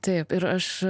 taip ir aš